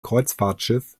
kreuzfahrtschiff